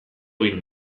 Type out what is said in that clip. egin